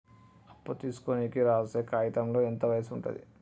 అప్పు తీసుకోనికి రాసే కాయితంలో ఎంత వయసు ఉంటది?